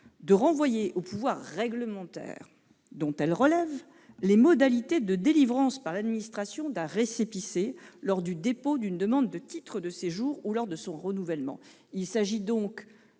de renvoyer au pouvoir réglementaire, dont elles relèvent, les modalités de délivrance par l'administration d'un récépissé lors du dépôt d'une demande de titre de séjour ou lors de son renouvellement. Il s'agit donc